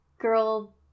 girl